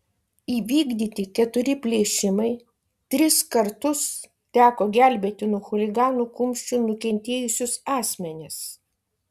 įvykdyti keturi plėšimai tris kartus teko gelbėti nuo chuliganų kumščių nukentėjusius asmenis